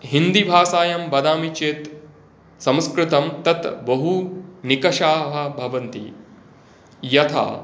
हिन्दीभाषायां वदामि चेत् संस्कृतं तत् बहूनिकषाः भवन्ति यथा